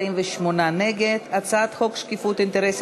ההצעה להסיר מסדר-היום את הצעת חוק שקיפות אינטרסים